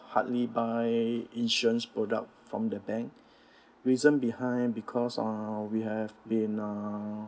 hardly buy insurance product from the bank reason behind because uh we have been uh